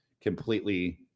completely